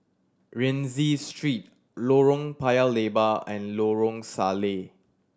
Rienzi Street Lorong Paya Lebar and Lorong Salleh